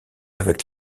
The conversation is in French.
avec